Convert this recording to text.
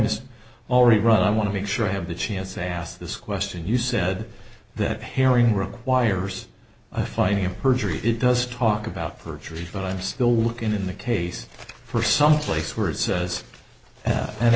has already run i want to make sure i have the chance they asked this question you said that herring requires i find your perjury it does talk about perjury but i'm still looking in the case for someplace where it says